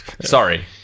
sorry